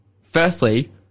firstly